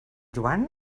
joan